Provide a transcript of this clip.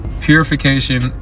purification